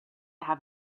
have